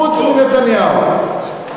חוץ מנתניהו,